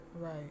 Right